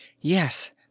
Yes